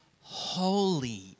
holy